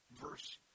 verse